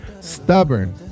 Stubborn